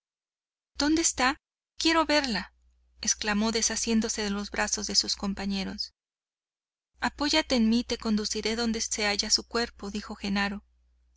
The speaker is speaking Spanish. dónde está quiero verla exclamó desasiéndose de los brazos de sus compañeros apóyate en mí y te conduciré donde se halla su cuerpo dijo genaro